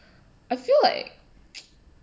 I feel like